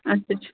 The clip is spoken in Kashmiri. اَچھا ٹھیٖک